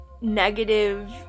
negative